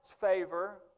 favor